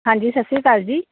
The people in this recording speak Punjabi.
ਹਾਂਜੀ ਸਤਿ ਸ਼੍ਰੀ ਅਕਾਲ ਜੀ